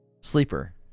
Sleeper